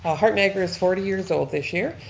ah heart niagara is forty years old this year,